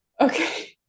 Okay